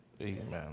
Amen